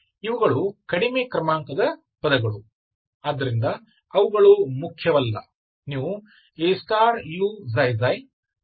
ಇವುಗಳು ಕಡಿಮೆ ಕ್ರಮಾಂಕದ ಪದಗಳು ಆದ್ದರಿಂದ ಅವುಗಳು ಮುಖ್ಯವಲ್ಲ